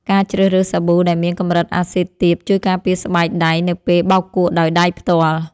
ការជ្រើសរើសសាប៊ូដែលមានកម្រិតអាស៊ីតទាបជួយការពារស្បែកដៃនៅពេលបោកគក់ដោយដៃផ្ទាល់។